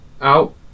out